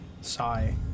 sigh